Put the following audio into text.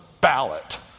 ballot